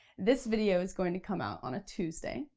this video is going to come out on a tuesday,